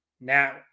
now